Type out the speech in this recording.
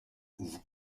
vous